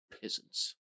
peasants